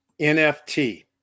NFT